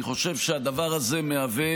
אני חושב שהדבר הזה מהווה